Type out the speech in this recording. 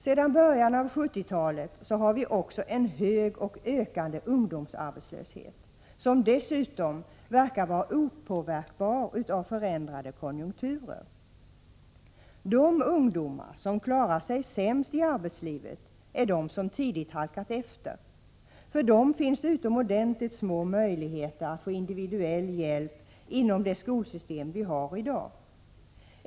Sedan början av 1970-talet har vi också en hög och ökande ungdomsarbetslöshet, som dessutom verkar vara opåverkbar av förändrade konjunkturer. De ungdomar som klarar sig sämst i arbetslivet är de som tidigt halkat efter. För dem finns det utomordentligt små möjligheter att få individuell hjälp inom det skolsystem vi har i dag.